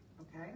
okay